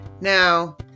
Now